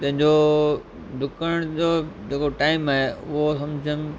पंहिंजो डुकण जो जेको टाइम आहे उहो कम से कम